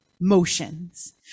motions